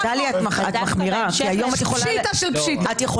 זה פשיטה של פשיטה.